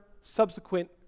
subsequent